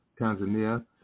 Tanzania